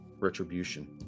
retribution